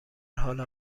حال